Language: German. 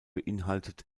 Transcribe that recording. beinhaltet